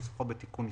כנוסחו בתיקון מס'